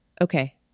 Okay